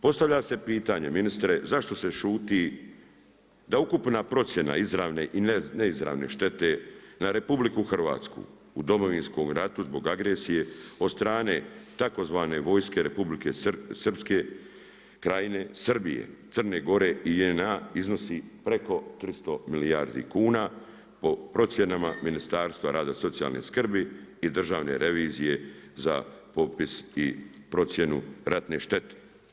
Postavlja se pitanje ministre zašto se šuti da ukupna procjena izravne i neizravne štete na RH u Domovinskom ratu zbog agresije tzv. vojske Republike Srpske Krajine, Srbije, Crne Gore i JNA iznosi preko 300 milijardi kuna po procjenama Ministarstva rada i socijalne skrbi i državne revizije za popis i procjenu ratne štete.